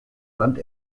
land